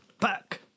back